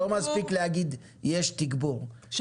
לא מספיק להגיד שיש תגבור,